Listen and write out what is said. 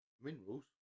minerals